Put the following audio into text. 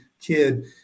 kid